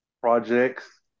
projects